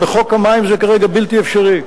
בחוק המים זה כרגע בלתי אפשרי.